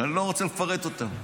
שאני לא רוצה לפרט אותן,